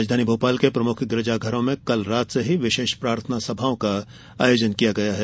राजधानी भोपाल के प्रमुख गिरजाघरों में कल रात से ही विशेष प्रार्थना सभाओं का आयोजन किया गया है